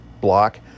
block